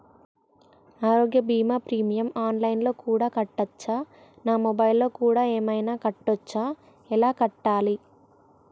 ఆరోగ్య బీమా premium online లో కూడా కట్టచ్చా? నా మొబైల్లో కూడా ఏమైనా కట్టొచ్చా? ఎలా కట్టాలి?